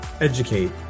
educate